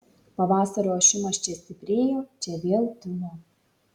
pavasario ošimas čia stiprėjo čia vėl tilo